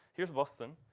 here's boston.